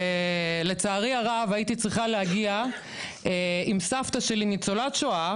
לצערי הרב הייתי צריכה להגיע עם סבתא שלי ניצולת שואה